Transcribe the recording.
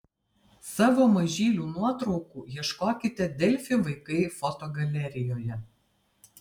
savo mažylių nuotraukų ieškokite delfi vaikai fotogalerijoje